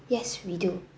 yes we do